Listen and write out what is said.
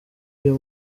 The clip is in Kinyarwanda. iyo